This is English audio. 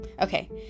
Okay